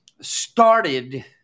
started –